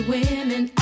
women